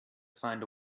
find